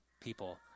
people